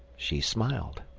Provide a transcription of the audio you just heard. she smiled.